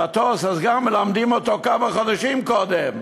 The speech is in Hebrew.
מטוס, אז גם מלמדים אותו כמה חודשים קודם.